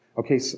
Okay